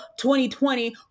2020